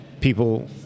people